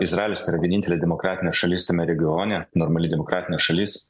izraelis yra vienintelė demokratinė šalis tame regione normali demokratinė šalis